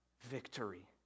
victory